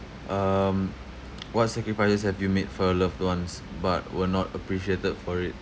um what sacrifices have you made for your loved ones but were not appreciated for it